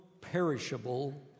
perishable